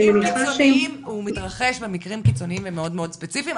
הוא מתרחש במקרים קיצוניים ומאוד מאוד ספיציפיים.